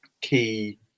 key